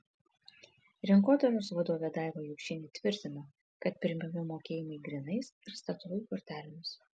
rinkodaros vadovė daiva jokšienė tvirtina kad priimami mokėjimai grynais ir statoil kortelėmis